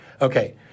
Okay